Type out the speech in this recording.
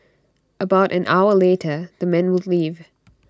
about an hour later the men would leave